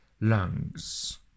lungs